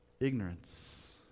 ignorance